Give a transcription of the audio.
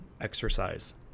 exercise